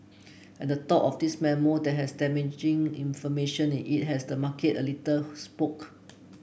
and the talk of this memo that has damaging information in it has the market a little spook